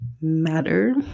matter